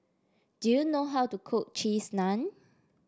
do you know how to cook Cheese Naan